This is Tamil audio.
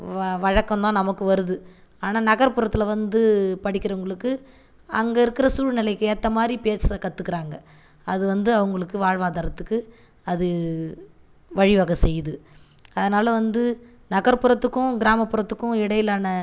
வ வழக்கம் தான் நமக்கு வருது ஆனால் நகர்புறத்தில் வந்து படிக்கிறவங்களுக்கு அங்கே இருக்கிற சூழ்நிலைக்கு ஏற்ற மாதிரி பேச கற்றுக்குறாங்க அது வந்து அவங்களுக்கு வாழ்வாதாரத்துக்கு அது வழிவகை செய்து அதனால் வந்து நகர்புறத்துக்கும் கிராமபுறத்துக்கும் எடையிலான